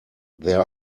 there